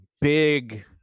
big